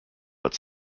but